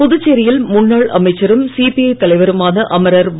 புதுச்சேரியில் முன்னாள் அமைச்சரும் சிபிஐ தலைவருமான அமரர் வா